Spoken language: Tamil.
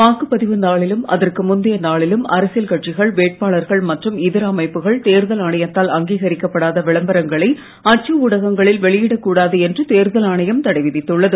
வாக்குப்பதிவு நாளிலும் அதற்கு முந்தைய நாளிலும் அரசியல் கட்சிகள் வேட்பாளர்கள் மற்றும் இதர அமைப்புகள் தேர்தல் ஆணையத்தால் அங்கீகரிக்கப்படாத விளம்பரங்களை அச்சு ஊடகங்களில் வெளியிடக்கூடாது என்று தேர்தல் ஆணையம் தடை விதித்துள்ளது